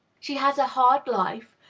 she has a hard life,